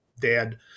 dad